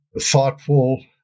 thoughtful